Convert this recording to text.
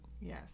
Yes